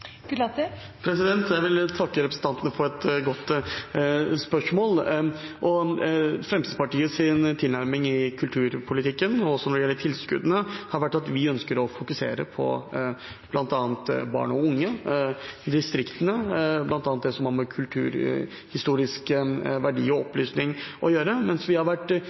et godt spørsmål. Fremskrittspartiets tilnærming i kulturpolitikken og også når det gjelder tilskuddene, har vært at vi ønsker å fokusere på bl.a. barn og unge, distriktene, det som har med kulturhistorisk verdi og opplysning å gjøre, mens vi har vært